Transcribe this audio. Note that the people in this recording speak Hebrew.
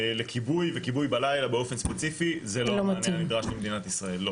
לכיבוי וכיבוי בלילה באופן ספציפי זה לא המענה הנדרש למדינת ישראל.